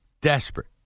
desperate